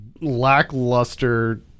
lackluster